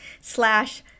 slash